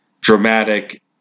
dramatic